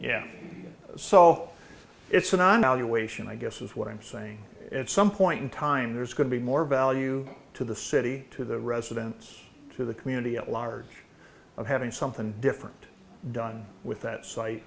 valuation i guess is what i'm saying it's some point in time there's going to be more value to the city to the residents to the community at large of having something different done with that site